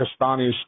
Pakistanis